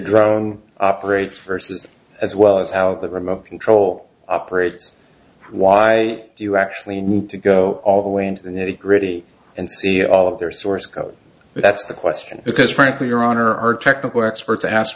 drone operates versus as well as how the remote control operates why do you actually need to go all the way into the nitty gritty and see all of their source code but that's the question because frankly your honor our technical experts ask